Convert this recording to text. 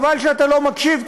חבל שאתה לא מקשיב,